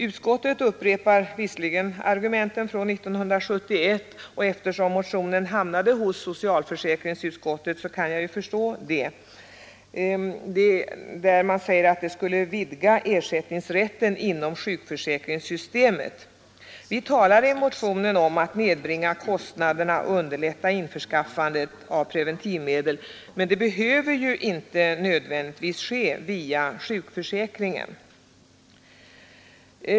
Utskottet upprepar argumenten från 1971 — eftersom motionen hamnat hos socialförsäkringsutskottet kan jag förstå det — och säger att detta skulle vidga ersättningsrätten inom sjukförsäkringssystemet. Vi talar i motionen om att nedbringa kostnaderna och underlätta införskaffandet av preventivmedel, men det behöver ju inte nödvändigtvis ske via sjukförsäkringen.